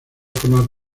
formar